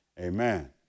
Amen